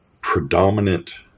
predominant